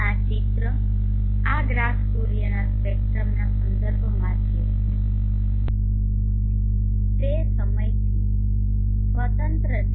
આ ચિત્રો આ ગ્રાફ સૂર્યના સ્પેક્ટ્રમના સંદર્ભમાં છે તે સમયથી સ્વતંત્ર છે